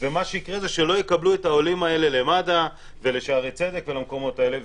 ומה שיקרה זה שלא יקבלו את העולים האלה למד"א ולשערי צדק ולמקומות האלה.